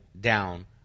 down